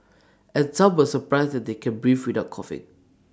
and some were surprised that they can breathe without coughing